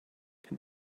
can